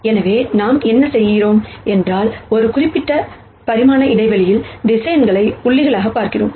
எனவே நாம் என்ன செய்கிறோம் என்றால் ஒரு குறிப்பிட்ட பரிமாண இடைவெளியில் வெக்டர் புள்ளிகளாகப் பார்க்கிறோம்